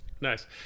Nice